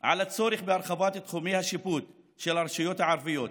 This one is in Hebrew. על הצורך בהרחבת תחומי השיפוט של הרשויות הערביות,